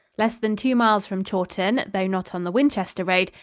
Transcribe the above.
less than two miles from chawton, though not on the winchester road,